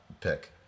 pick